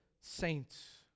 saints